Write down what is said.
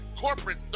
Corporate